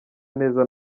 neza